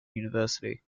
university